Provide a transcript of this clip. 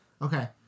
Okay